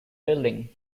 building